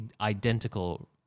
identical